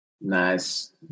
Nice